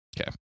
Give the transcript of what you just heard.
Okay